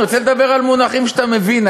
אני רוצה לדבר על מונחים שאתה מבין,